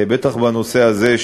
בטח בנושא הזה,